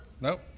Nope